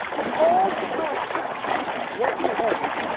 hold fast what you have,